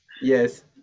Yes